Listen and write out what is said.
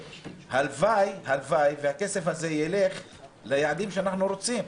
הלוואי שהכסף הזה ילך ליעדים שאנחנו רוצים.